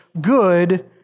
good